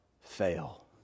fail